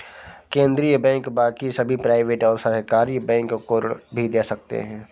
केन्द्रीय बैंक बाकी सभी प्राइवेट और सरकारी बैंक को ऋण भी दे सकते हैं